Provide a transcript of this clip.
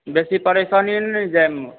बेसी परेशानी नहि न होइए जाइमे